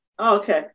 Okay